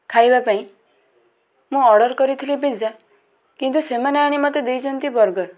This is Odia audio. ଖାଇବା ପାଇଁ ମୁଁ ଅର୍ଡ଼ର୍ କରିଥିଲି ପିଜ୍ଜା କିନ୍ତୁ ସେମାନେ ଆଣି ମୋତେ ଦେଇଛନ୍ତି ବର୍ଗର୍